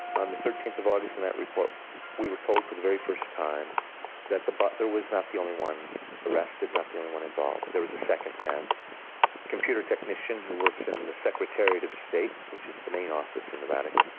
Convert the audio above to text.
on the thirteenth of august in that report we were told for the very first time that the butler was not the only one arrested, not the only one involved. there was a second man, a computer technician who works in the secretariat of state, which is the main office in the vatican.